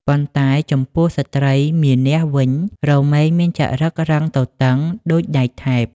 ប៉ុន្តែចំពោះស្រីមានះវិញ រមែងមានចរិតរឹងទទឹងដូចដែកថែប។